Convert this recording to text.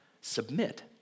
Submit